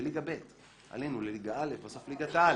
בליגה ב', עלינו לליגה א', בסוף ליגת על,